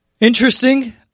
Interesting